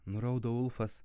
nuraudo ulfas